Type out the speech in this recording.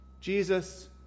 Jesus